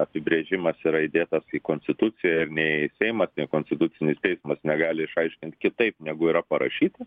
apibrėžimas yra įdėtas į konstituciją ir nei seimas nei konstitucinis teismas negali išaiškint kitaip negu yra parašyta